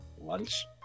lunch